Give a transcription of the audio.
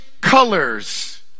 colors